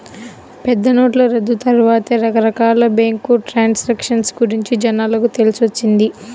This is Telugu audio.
పెద్దనోట్ల రద్దు తర్వాతే రకరకాల బ్యేంకు ట్రాన్సాక్షన్ గురించి జనాలకు తెలిసొచ్చింది